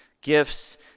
Gifts